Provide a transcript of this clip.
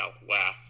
Southwest